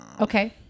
Okay